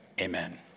amen